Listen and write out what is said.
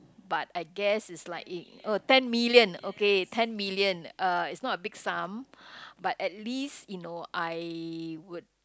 but I guess is like oh ten million okay ten million uh it's not a big sum but at least you know I would